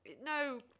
No